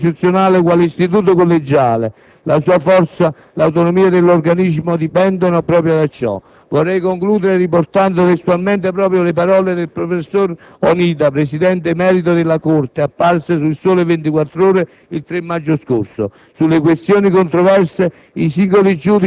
La seconda riflessione attiene invece alla Corte costituzionale, quale istituto collegiale: la forza e l'autonomia dell'organismo dipendono proprio da ciò. Vorrei concludere riportando testualmente le parole del professor Onida, presidente emerito della Corte, apparse su «Il Sole 24 ORE» il 3 maggio scorso: